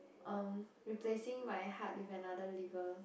um replacing my heart with another liver